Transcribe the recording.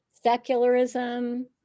secularism